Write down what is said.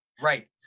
right